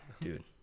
Dude